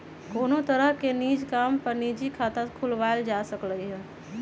कोनो तरह के निज काम ला निजी खाता खुलवाएल जा सकलई ह